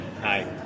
Hi